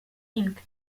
inc